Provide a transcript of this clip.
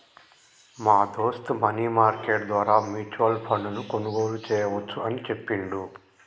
మా దోస్త్ money market ద్వారా మ్యూచువల్ ఫండ్ ను కొనుగోలు చేయవచ్చు అని చెప్పిండు